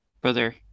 brother